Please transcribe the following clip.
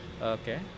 Okay